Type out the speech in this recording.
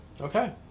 Okay